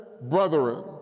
brethren